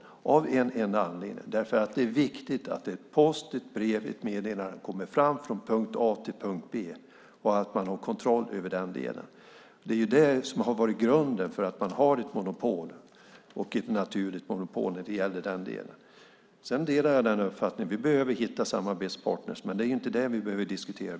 Det är av en enda anledning, att det är viktigt att post, ett brev eller ett meddelande, kommer fram från punkt A till punkt B. Det är det som har varit grunden för att man haft ett naturligt monopol i den delen. Sedan delar jag uppfattningen att vi behöver hitta samarbetspartner, men det är inte det vi behöver diskutera.